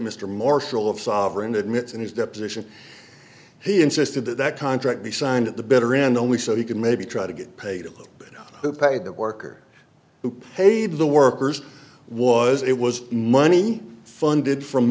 mr marshall of sovereign admits in his deposition he insisted that that contract be signed at the bitter end only so he can maybe try to get paid to pay the worker who paid the workers was it was money funded from